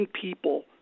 people